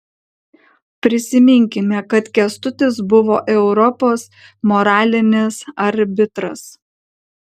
prisiminkime kad kęstutis buvo europos moralinis arbitras